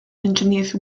engineers